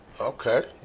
okay